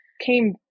came